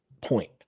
point